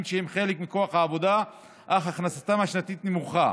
שהם חלק מכוח העבודה אך הכנסתם השנתית נמוכה,